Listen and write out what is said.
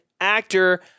actor